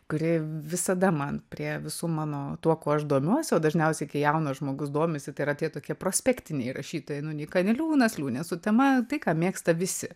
kuri visada man prie visų mano tuo kuo aš domiuosi o dažniausiai kai jaunas žmogus domisi tai yra tie tokie prospektiniai rašytojai nu nika niliūnas liūnė sutema tai ką mėgsta visi